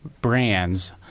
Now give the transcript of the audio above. brands